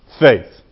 Faith